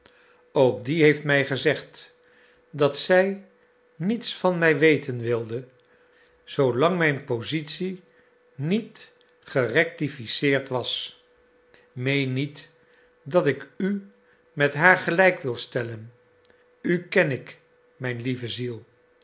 ook die heeft mij gezegd dat zij niets van mij weten wilde zoo lang mijn positie niet gerectificeerd was meen niet dat ik u met haar gelijk wil stellen u ken ik mijn lieve ziel